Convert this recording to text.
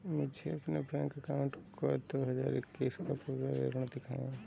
मुझे अपने bank account का दो हज़ार इक्कीस का पूरा विवरण दिखाएँ?